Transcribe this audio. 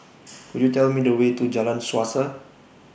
Could YOU Tell Me The Way to Jalan Suasa